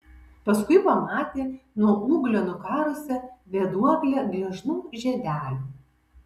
paskui pamatė nuo ūglio nukarusią vėduoklę gležnų žiedelių